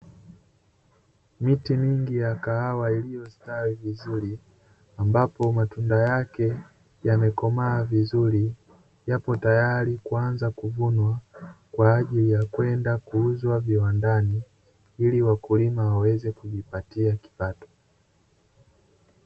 Miti mingi ya kahawa iliyostawi vizuri ambapo matunda yake yamekomaa vizuri, yapo tayari kuanza kuvunwa kwaajili ya kwenda kuuzwa viwandani ili wakulima waweze kujipatia kipato.